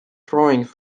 drawings